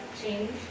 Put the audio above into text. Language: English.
change